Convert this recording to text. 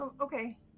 okay